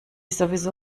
sowieso